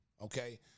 okay